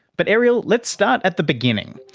but ariel, let's start at the beginning.